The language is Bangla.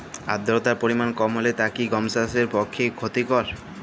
আর্দতার পরিমাণ কম হলে তা কি গম চাষের পক্ষে ক্ষতিকর?